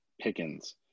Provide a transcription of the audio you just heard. Pickens